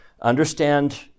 understand